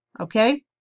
okay